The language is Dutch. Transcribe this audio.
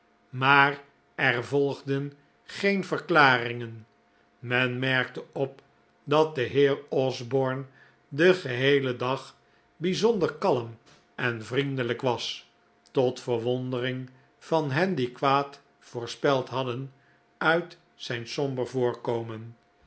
maar er volgden geen verklaringen men merkte op dat de heer osborne den geheelen dag bijzonder kalm en vriendelijk was tot verwondering van hen die kwaad voorspeld hadden uit zijn somber voorkomen